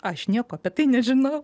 aš nieko apie tai nežinau